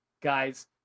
guys